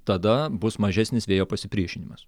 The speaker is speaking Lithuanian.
tada bus mažesnis vėjo pasipriešinimas